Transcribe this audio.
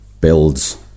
builds